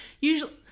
usually